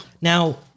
now